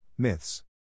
myths